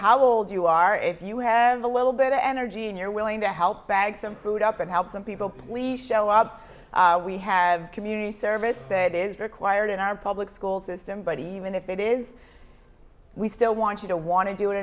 how old you are if you have a little bit of energy and you're willing to help bag some food up and help some people we show up we have community service that is required in our public school system but even if it is we still want you to want to do it